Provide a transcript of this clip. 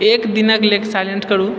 एक दिनके लेल साइलेंट करु